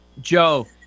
Joe